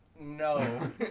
no